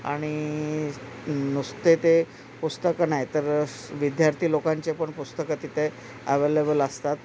आणि नुसते ते पुस्तकं नाही तर विद्यार्थी लोकांचे पण पुस्तकं तिथे ॲवेलेबल असतात